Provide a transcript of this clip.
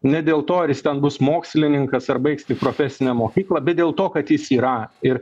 ne dėl to ar jis ten bus mokslininkas ar baigs tik profesinę mokyklą bet dėl to kad jis yra ir